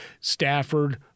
Stafford